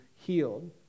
healed